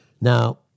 Now